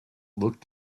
looked